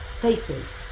faces